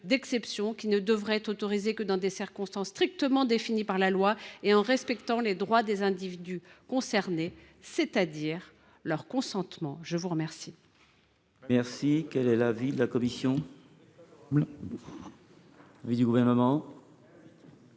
d’exception, qui ne devrait être autorisée que dans des circonstances strictement définies par la loi et en respectant les droits des individus concernés, c’est à dire leur consentement. Quel